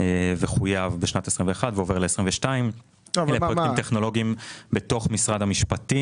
וחויב בשנת 21' ועובר ל-22' לפרויקטים טכנולוגיים בתוך משרד המשפטים.